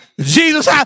Jesus